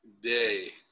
day